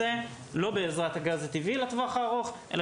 אף אחד לא צריך לחתום על חוזים לטווח ארוך.